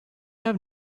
have